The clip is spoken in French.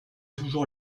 toujours